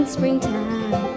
springtime